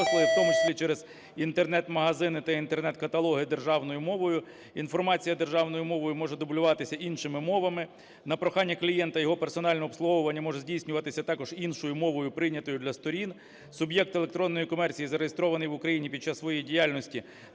в тому числі через інтернет-магазини та інтернет-каталоги, державною мовою. Інформація державною мовою може дублюватися іншими мовами. На прохання клієнта його персональне обслуговування може здійснюватися також іншою мовою, прийнятною для сторін. Суб'єкт електронної комерції, зареєстрований в Україні, під час своєї діяльності